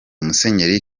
musenyeri